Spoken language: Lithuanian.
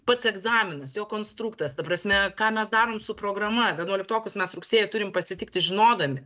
pats egzaminas jo konstruktas ta prasme ką mes darom su programa vienuoliktokus mes rugsėjį turim pasitikti žinodami